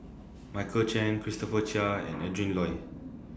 Michael Chiang Christopher Chia and Adrin Loi